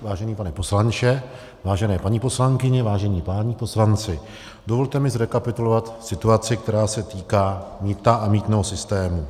Vážený pane poslanče, vážené paní poslankyně, vážení páni poslanci, dovolte mi zrekapitulovat situaci, které se týká mýta a mýtného systému.